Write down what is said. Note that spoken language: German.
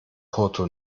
porto